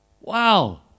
Wow